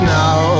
now